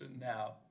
now